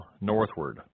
northward